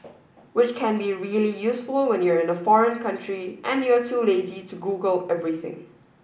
which can be really useful when you're in a foreign country and you're too lazy to Google everything